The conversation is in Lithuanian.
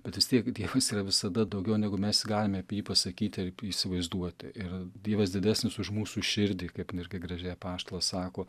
bet vis tiek dievas yra visada daugiau negu mes galime apie jį pasakyti ir įsivaizduoti ir dievas didesnis už mūsų širdį kaip irgi gražiai apaštalas sako